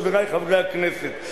חברי חברי הכנסת,